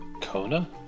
Kona